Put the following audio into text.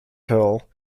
hill